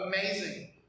amazing